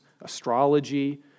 astrology